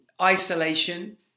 isolation